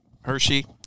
Hershey